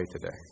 today